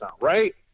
right